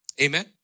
Amen